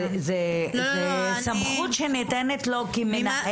זו סמכות שניתנת לו כמנהל.